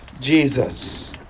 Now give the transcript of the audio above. Jesus